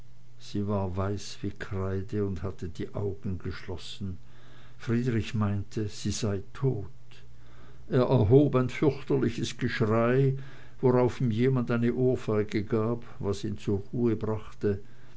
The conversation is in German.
sie war weiß wie kreide und hatte die augen geschlossen friedrich meinte sie sei tot er erhob ein fürchterliches geschrei worauf ihm jemand eine ohrfeige gab was ihn zur ruhe brachte